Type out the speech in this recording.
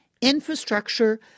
infrastructure